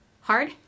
hard